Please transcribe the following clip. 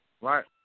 Right